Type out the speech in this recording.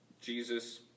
Jesus